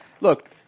Look